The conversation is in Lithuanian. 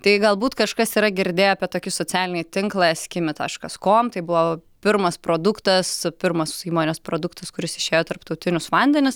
tai galbūt kažkas yra girdėję apie tokį socialinį tinklą eskimi taškas com tai buvo pirmas produktas su pirmos įmonės produktas kuris išėjo į tarptautinius vandenis